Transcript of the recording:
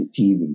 TV